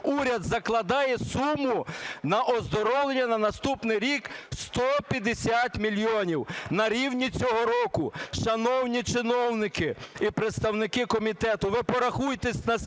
Уряд закладає суму на оздоровлення на наступний рік 150 мільйонів, на рівні цього року. Шановні чиновники і представники комітету, ви порахуйте, на скільки зросли